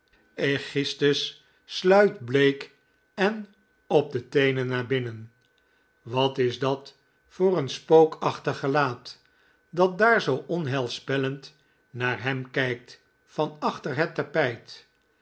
aegisthus sluipt bleek en op de teenen naar binnen wat is dat voor een spookachtig gelaat dat daar zoo onheilspellend naar hem kijkt van achter het tapijt